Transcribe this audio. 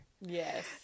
Yes